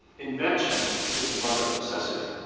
invention is the mother of necessity,